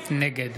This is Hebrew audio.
נגד